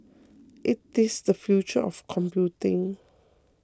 it is the future of computing